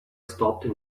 stopped